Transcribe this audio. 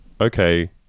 okay